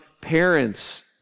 parents